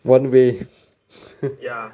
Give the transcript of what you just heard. one way